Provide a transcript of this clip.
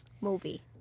movie